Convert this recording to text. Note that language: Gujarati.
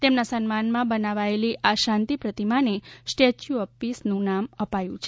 તેમના સન્માનમાં બનાવાયેલી આ શાંતિ પ્રતિમાને સ્ટેચ્યુ ઓફ પીસનું નામ અપાયું છે